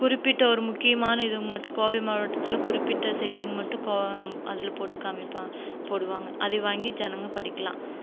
குறிப்பிட்ட ஒரு முக்கியமான இதுங்க மட்டும் கோவை மாவட்டத்தில் குறிப்பிட்ட செய்திங்மட்டும் கோ அதில் போட்டு காமிப்பாங்க போடுவாங்க அதை வாங்கி ஜனங்க படிக்கலாம்